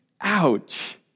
Ouch